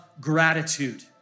gratitude